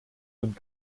und